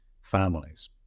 families